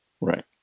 Right